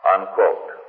Unquote